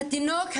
התינוק,